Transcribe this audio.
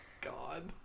god